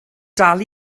dal